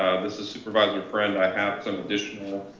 ah this is supervisor friend. i have some additional